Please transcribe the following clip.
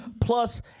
plus